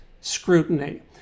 scrutiny